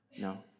no